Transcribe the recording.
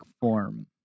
form